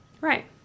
Right